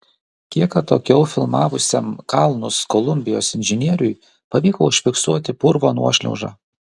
kiek atokiau filmavusiam kalnus kolumbijos inžinieriui pavyko užfiksuoti purvo nuošliaužą